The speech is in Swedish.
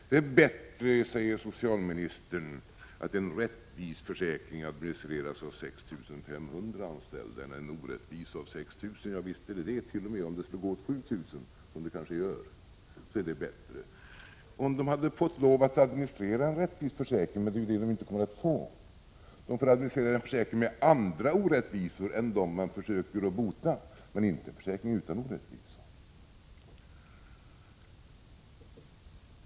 Det är bättre, säger socialministern, att en rättvis försäkring administreras av 6 500 anställda än en orättvis av 6 000. Ja visst —t.o.m. om det skulle behövas 7 000 anställda, som det kanske gör, är det bättre. Det hade varit bättre om de hade fått administrera en rättvis försäkring, men det kommer de inte att få göra. De får administrera en försäkring med andra orättvisor än dem man försöker bota, men inte en försäkring utan orättvisor.